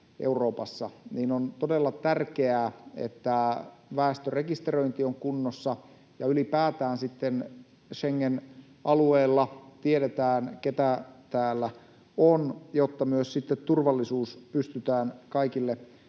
on todella tärkeää, että väestörekisteröinti on kunnossa ja ylipäätään Schengen-alueella tiedetään, ketä täällä on, jotta myös turvallisuus pystytään kaikille